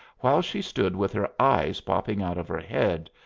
while she stood with her eyes popping out of her head,